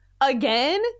Again